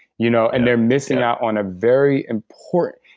you know and they're missing out on a very important,